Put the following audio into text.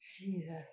Jesus